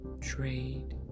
trade